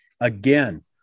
again